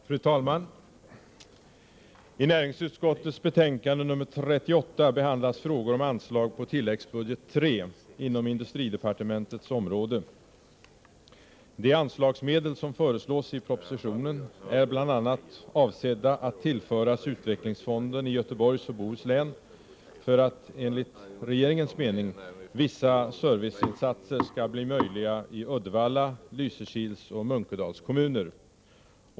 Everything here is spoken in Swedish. Fru talman! I näringsutskottets betänkande 38 behandlas frågor om anslag på tilläggsbudget III inom industridepartementets område. De anslagsmedel som föreslås i propositionen är bl.a. avsedda att tillföras utvecklingsfonden i Göteborgs och Bohus län för att — enligt regeringens mening — vissa serviceinsatser skall bli möjliga i Uddevalla, Lysekils och Munkedals kommuner.